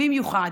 במיוחד,